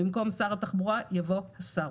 במקום "שר התחבורה" יבוא "השר".